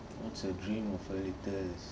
what's a dream of a little